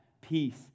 peace